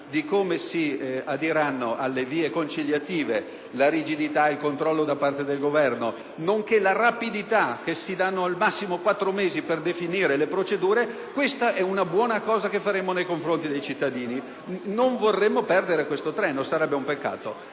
di conciliazione prevedendo la rigidità e il controllo da parte del Governo, nonché la rapidità (si danno al massimo quattro mesi per definire le procedure), questa è una buona cosa che faremmo nei confronti dei cittadini. Non vorremmo perdere questo treno, sarebbe un peccato.